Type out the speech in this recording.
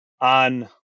on